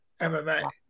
MMA